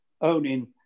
owning